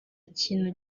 kintu